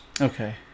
okay